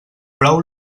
brou